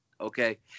okay